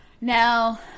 Now